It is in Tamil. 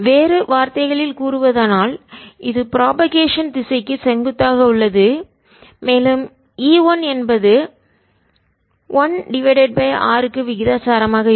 வேறு வார்த்தைகளில் கூறுவதானால் இது புரோபகேஷன் பரவலின் திசைக்கு செங்குத்தாக உள்ளது மேலும் E1 என்பது 1 r க்கு விகிதாசாரமாக இருக்கும்